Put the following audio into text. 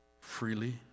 freely